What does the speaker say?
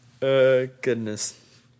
Goodness